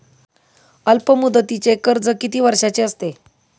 अल्पमुदतीचे कर्ज किती वर्षांचे असते?